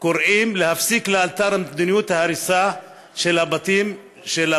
קוראים להפסיק לאלתר את מדיניות ההריסה של הבתים